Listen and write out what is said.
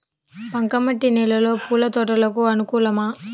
బంక మట్టి నేలలో పూల తోటలకు అనుకూలమా?